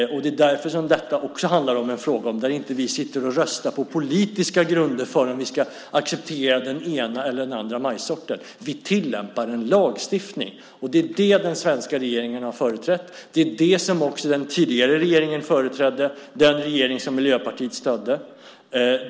Det handlar om en fråga där vi inte röstar på politiska grunder för huruvida vi ska acceptera den ena eller den andra majssorten, utan vi tillämpar en lagstiftning. Det är det den svenska regeringen har företrätt, och det är det som också den tidigare regeringen företrädde, den regering som Miljöpartiet stödde.